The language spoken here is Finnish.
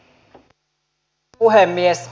arvoisa puhemies